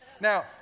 Now